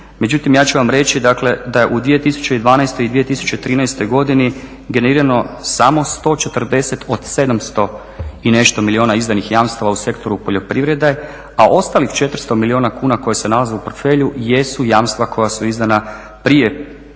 Međutim, ja ću vam reći dakle da je u 2012. i 2013. godini generirano samo 140 do 700 i nešto milijuna izdanih jamstava u sektoru poljoprivrede, a ostalih 400 milijuna kuna koje se nalaze u portfelju jesu jamstva koja su izdana prije 2012.